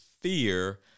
fear